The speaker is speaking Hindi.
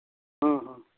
हाँ हाँ